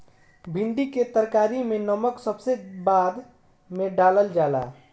भिन्डी के तरकारी में नमक सबसे बाद में डालल जाला